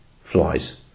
flies